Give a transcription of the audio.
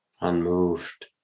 unmoved